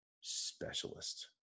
specialist